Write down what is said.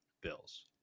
bills